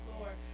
Lord